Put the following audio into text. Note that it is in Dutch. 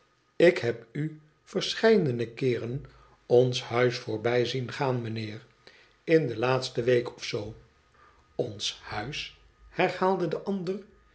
sik heb u verscheidene keeren ons huis voorbij zien gaan mijnheer in de laatste week of zoo lons huis herhaalde de ander